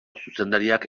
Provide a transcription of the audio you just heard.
zuzendariak